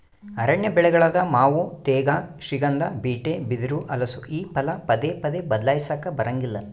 ಅರಣ್ಯ ಬೆಳೆಗಳಾದ ಮಾವು ತೇಗ, ಶ್ರೀಗಂಧ, ಬೀಟೆ, ಬಿದಿರು, ಹಲಸು ಈ ಫಲ ಪದೇ ಪದೇ ಬದ್ಲಾಯಿಸಾಕಾ ಬರಂಗಿಲ್ಲ